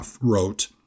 wrote